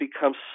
becomes